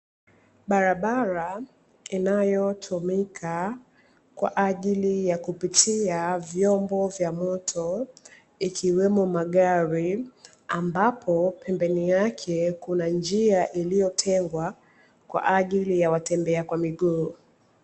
Barabara inayotumika kwa ajili ya kupitia vyombo vya moto, ikiwemo magari, ambapo pembeni yake kuna njia iliyotengwa, kwa ajili ya watembea kwa miguu.